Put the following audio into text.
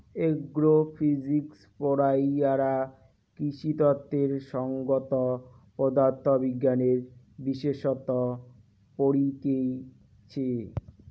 agro physics পড়াইয়ারা কৃষিতত্ত্বের সংগত পদার্থ বিজ্ঞানের বিশেষসত্ত পড়তিছে